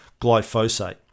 glyphosate